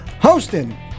hosting